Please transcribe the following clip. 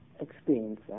experience